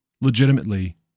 legitimately